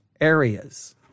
areas